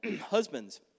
husbands